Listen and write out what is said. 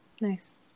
Nice